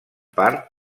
part